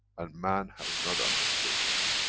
and man has not understood this.